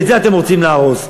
ואת זה אתם רוצים להרוס.